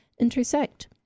intersect